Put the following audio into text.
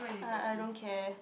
uh I don't care